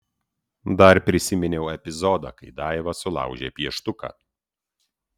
dar prisiminiau epizodą kai daiva sulaužė pieštuką